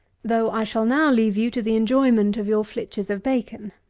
though i shall now leave you to the enjoyment of your flitches of bacon,